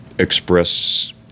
express